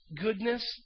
goodness